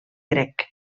grec